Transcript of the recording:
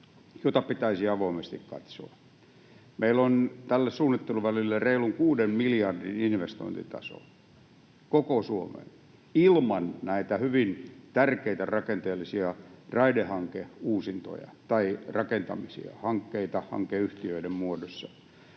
jota pitäisi avoimesti katsoa. Tälle suunnitteluvälille on reilun 6 miljardin investointitaso koko Suomeen ilman näitä hyvin tärkeitä rakenteellisia raidehankerakentamisia, -hankkeita hankeyhtiöiden muodossa.